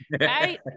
right